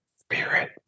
spirit